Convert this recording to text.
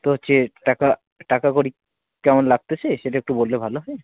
তো হচ্ছে টাকা টাকাকড়ি কেমন লাগতেছে সেটা একটু বললে ভালো হয়